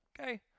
Okay